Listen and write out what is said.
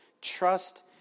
Trust